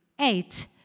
Eight